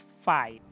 five